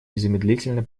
незамедлительно